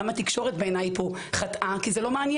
גם התקשורת בעיניי פה חטאה כי זה לא מעניין,